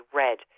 red